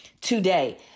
today